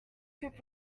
group